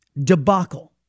debacle